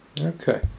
okay